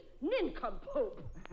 nincompoop